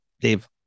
Dave